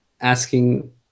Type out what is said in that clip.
asking